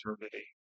eternity